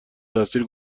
تاثیر